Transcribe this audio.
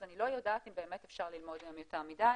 אז אני לא יודעת אם באמת אפשר ללמוד מהם יותר מדי.